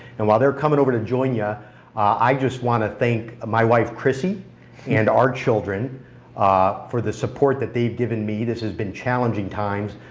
and while they're coming over to join you yeah i just want to thank my wife chrissy and our children for the support that they've given me. this has been challenging times.